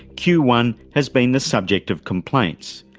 q one has been the subject of complaints.